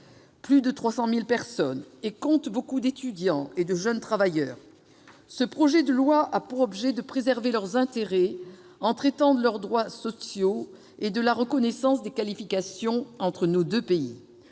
plus de 300 000 personnes, parmi lesquelles nombre d'étudiants et de jeunes travailleurs. Ce projet de loi a pour objet de préserver leurs intérêts, en traitant de leurs droits sociaux et de la reconnaissance des qualifications entre nos deux pays.